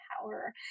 power